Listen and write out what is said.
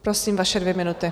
Prosím, vaše dvě minuty.